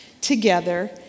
together